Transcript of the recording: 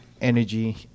energy